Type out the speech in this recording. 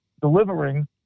delivering